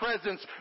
presence